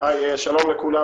שלום לכולם.